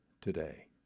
today